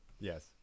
Yes